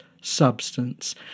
substance